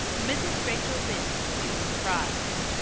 mrs. rachel lynde is surprised